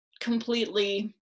completely